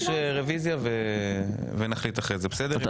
בואו נצביע, נגיש רביזיה ונחליט אחר-כך.